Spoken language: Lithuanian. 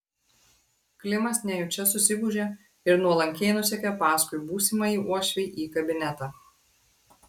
klimas nejučia susigūžė ir nuolankiai nusekė paskui būsimąjį uošvį į kabinetą